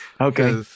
okay